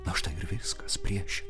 na štai ir viskas prieše